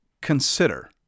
consider